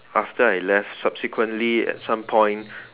after I left subsequently at some point